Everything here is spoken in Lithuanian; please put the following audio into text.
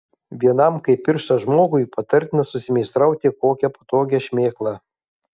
vienam kaip pirštas žmogui patartina susimeistrauti kokią patogią šmėklą